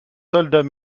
soldats